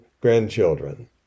grandchildren